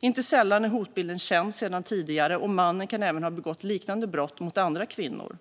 Inte sällan är hotbilden känd sedan tidigare, och mannen kan även ha begått liknande brott mot andra kvinnor.